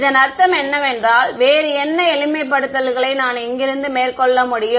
இதன் அர்த்தம் என்னவென்றால் வேறு என்ன எளிமைப்படுத்தல்களை நான் இங்கிருந்து மேற்கொள்ள முடியும்